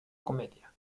comedia